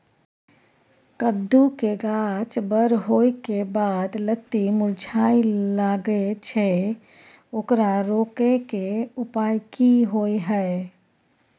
कद्दू के गाछ बर होय के बाद लत्ती मुरझाय लागे छै ओकरा रोके के उपाय कि होय है?